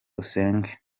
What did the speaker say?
usenge